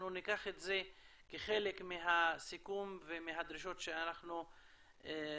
אנחנו ניקח את זה כחלק מהסיכום ומהדרישות שאנחנו מעלים.